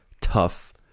tough